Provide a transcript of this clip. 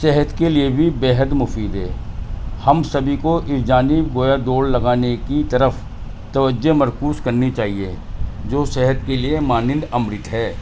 صحت کے لیے بھی بے حد مفید ہے ہم سبھی کو اس جانب گویا دوڑ لگانے کی طرف توجہ مرکوز کرنی چاہیے جو صحت کے لیے مانند امرت ہے